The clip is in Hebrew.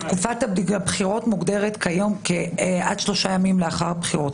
תקופת הבחירות מוגדרת היום כעד שלושה ימים לאחר הבחירות,